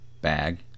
Bag